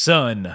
Son